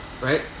Right